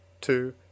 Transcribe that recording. two